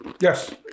Yes